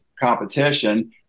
competition